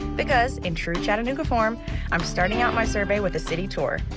because in true chattanooga form i'm starting out my survey with a city tour,